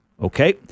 Okay